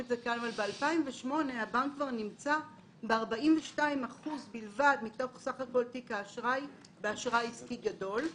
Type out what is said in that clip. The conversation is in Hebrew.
ב-2008 הבנק כבר נמצא ב-42% בלבד מסך כל תיק האשראי באשראי עסקי גדול.